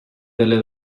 delle